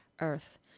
earth